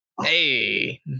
Hey